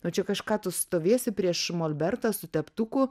nu čia kažką tu stovėsi prieš molbertą su teptuku